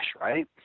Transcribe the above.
right